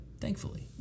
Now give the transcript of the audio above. thankfully